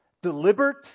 deliberate